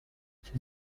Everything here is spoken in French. ses